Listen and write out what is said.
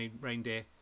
Reindeer